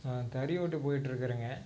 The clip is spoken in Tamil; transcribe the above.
நான் தறி ஓட்ட போயிட்ருக்கிறேங்க